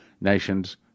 nations